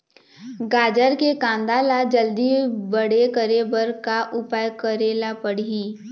गाजर के कांदा ला जल्दी बड़े करे बर का उपाय करेला पढ़िही?